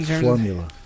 Formula